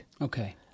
Okay